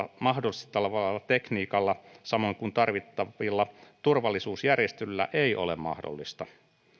mahdollistavalla tekniikalla samoin kuin tarvittavilla turvallisuusjärjestelyillä ei ole mahdollista